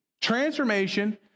Transformation